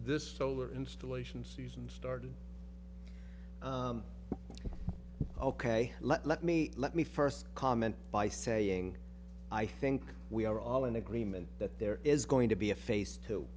this solar installation season started ok let me let me first comment by saying i think we are all in agreement that there is going to be a face to